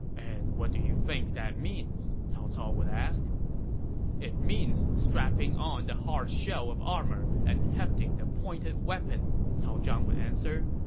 and what do you think that means? cao cao would ask it means strapping on the hard shell of armor and hefting the pointed weapon, cao zhang would answer.